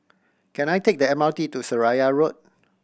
can I take the M R T to Seraya Road